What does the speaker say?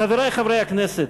חברי חברי הכנסת,